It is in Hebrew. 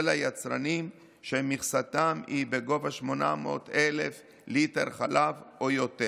היצרנים שמכסתם היא בגובה 800,000 ליטר חלב או יותר.